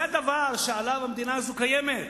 זה הדבר שעליו המדינה הזאת קיימת.